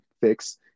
fix